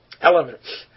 elements